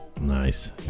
Nice